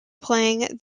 playing